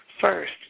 first